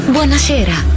Buonasera